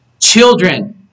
Children